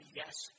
yes